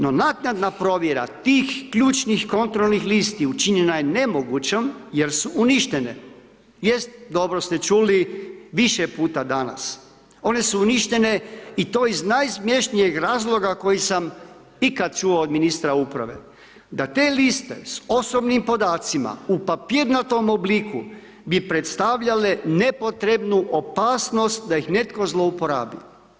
No, naknadna provjera tih ključnih kontrolnih listi učinjena je nemogućom jer su uništene, jest, dobro ste čuli, više puta danas, one su uništene i to iz najsmješnijeg razloga koji sam ikad čuo od ministra uprave, da te liste s osobnim podacima u papirnatom obliku bi predstavljale nepotrebnu opasnost da ih netko zlouporabi.